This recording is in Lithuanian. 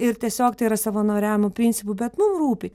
ir tiesiog tai yra savanoriavimo principu bet mum rūpi